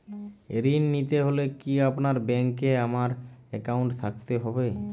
ঋণ নিতে হলে কি আপনার ব্যাংক এ আমার অ্যাকাউন্ট থাকতে হবে?